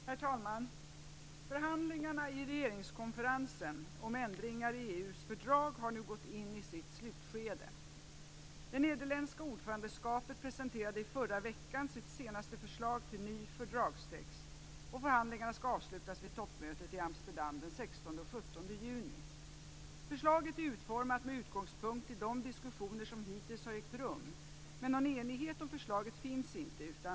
Herr talman! Förhandlingarna i regeringskonferensen om ändringar i EU:s fördrag har nu gått in i sitt slutskede. Det nederländska ordförandeskapet presenterade i förra veckan sitt senaste förslag till ny fördragstext. Förhandlingarna skall avslutas vid toppmötet i Amsterdam den 16 och 17 juni. Förslaget är utformat med utgångspunkt i de diskussioner som hittills har ägt rum, men någon enighet om förslaget finns inte.